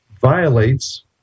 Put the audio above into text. violates